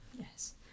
Yes